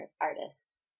artist